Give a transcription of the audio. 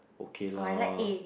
okay lah